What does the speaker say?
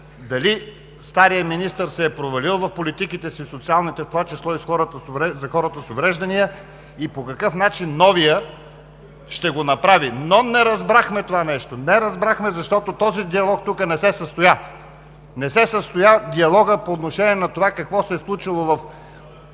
дали старият министър се е провалил в социалните си политики, в това число за хората с увреждания, и по какъв начин новият ще го направи. Но не разбрахме това нещо! Не разбрахме, защото този диалог тук не се състоя. Не се състоя диалогът по отношение на това какво се е случило в